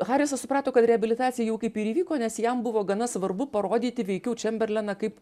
harisas suprato kad reabilitacija jau kaip ir įvyko nes jam buvo gana svarbu parodyti veikiau čemberleną kaip